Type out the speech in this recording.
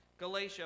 Galatia